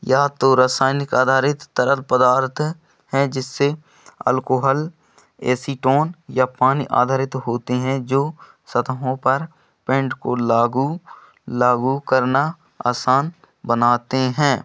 या तो रासायनिक आधारित तरल पदार्थ है जिससे अल्कोहल एसीटोन या पानी आधारित होते हैं जो सतहों पर पेंट को लागू लागू करना आसान बनाते है